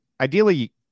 Ideally